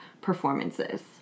performances